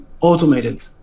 automated